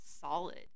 solid